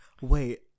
Wait